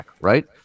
right